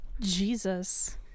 Jesus